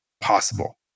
possible